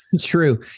True